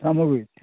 চামগুৰিত